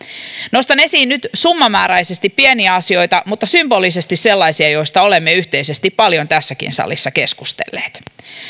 nostan esiin nyt summamääräisesti pieniä asioita mutta symbolisesti sellaisia joista olemme yhteisesti paljon tässäkin salissa keskustelleet